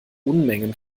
unmengen